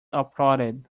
applauded